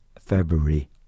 February